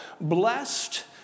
Blessed